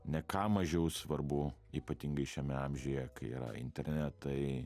ne ką mažiau svarbu ypatingai šiame amžiuje kai yra internetai